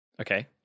Okay